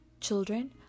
Children